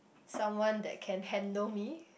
someone that can handle me